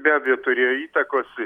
be abejo turėjo įtakos